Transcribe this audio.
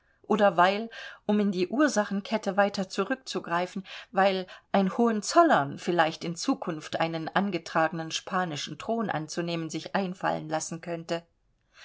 oder weil um in die ursachenkette weiter zurückzugreifen weil ein hohenzollern vielleicht in zukunft einen angetragenen spanischen thron anzunehmen sich einfallen lassen könnte